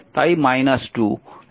তাই 2